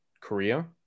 Korea